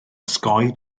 osgoi